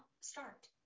start